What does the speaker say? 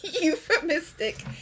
Euphemistic